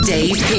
Dave